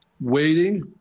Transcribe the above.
waiting